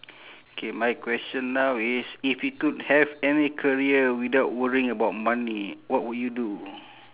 K my question now is if you could have any career without worrying about money what would you do